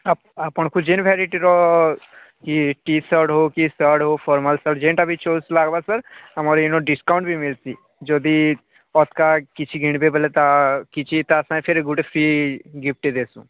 ଆପଣଙ୍କୁ ଯେଉଁ ଭେରାଇଟିର କି ଟି ସାର୍ଟ୍ ହେଉ କି ସାର୍ଟ୍ ହେଉ ଫର୍ମାଲ ସାର୍ଟ୍ ଯେଉଁଟା ବି ଚୁଜ୍ ଲାଗିବ ସାର୍ ଆମର ଏଇନେ ଡିସକାଉଣ୍ଟ ବି ମିଳୁଛି ଯଦି ପକ୍କା କିଛି କିଣିବେ ବୋଲେ ତ କିଛି ତା ସାଙ୍ଗରେ ଫେରେ ଗୋଟେ ଫ୍ରି ଗିଫ୍ଟ ଦେଉଛୁ